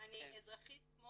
אני אזרחית כמו